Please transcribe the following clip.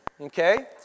okay